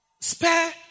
spare